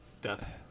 death